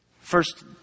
first